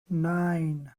nine